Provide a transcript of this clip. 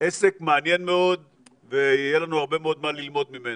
עסק מעניין מאוד ויהיה לנו הרבה מאוד מה ללמוד ממנו.